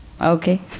Okay